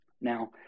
Now